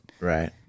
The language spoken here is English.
right